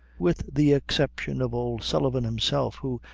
with the exception of old sullivan himself, who,